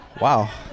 Wow